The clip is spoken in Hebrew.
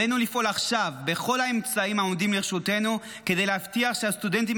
עלינו לפעול עכשיו בכל האמצעים העומדים לרשותנו כדי להבטיח שהסטודנטים